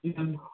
ꯎꯝ